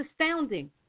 astounding